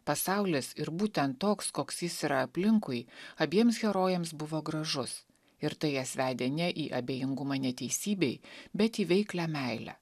pasaulis ir būtent toks koks jis yra aplinkui abiems herojėms buvo gražus ir tai jas vedė ne į abejingumą neteisybei bet į veiklią meilę